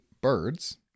birds